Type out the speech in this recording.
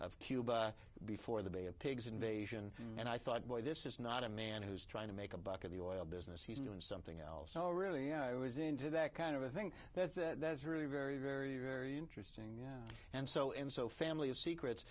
of cuba before the bay of pigs invasion and i thought boy this is not a man who's trying to make a buck in the oil business he's doing something else so really i was into that kind of thing that that is really very very very interesting and so in so family of secrets